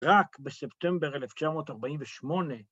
‫רק בספטמבר 1948.